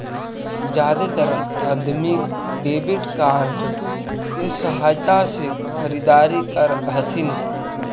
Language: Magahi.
जादेतर अदमी डेबिट कार्ड के सहायता से खरीदारी कर हथिन